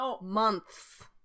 months